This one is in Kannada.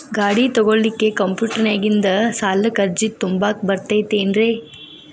ಗಾಡಿ ತೊಗೋಳಿಕ್ಕೆ ಕಂಪ್ಯೂಟೆರ್ನ್ಯಾಗಿಂದ ಸಾಲಕ್ಕ್ ಅರ್ಜಿ ತುಂಬಾಕ ಬರತೈತೇನ್ರೇ?